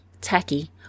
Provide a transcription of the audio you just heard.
tacky